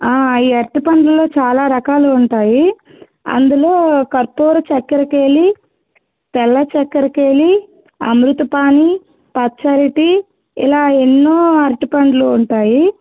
ఈ అరటిపండ్లలో చాలా రకాలు ఉంటాయి అందులో కర్పూరచక్కెరకేళి తెల్లచక్కెరకేళి అమృతపాణి పచ్చరటి ఇలా ఎన్నో అరటిపండ్లు ఉంటాయి